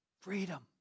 freedom